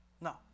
No